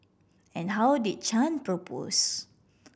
and how did Chan propose